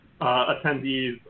attendees